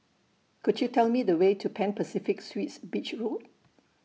Could YOU Tell Me The Way to Pan Pacific Suites Beach Road